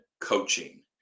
coaching